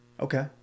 Okay